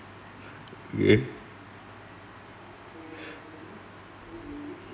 ya